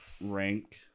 rank